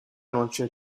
noche